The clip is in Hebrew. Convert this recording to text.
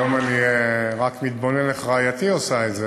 היום אני רק מתבונן איך רעייתי עושה את זה,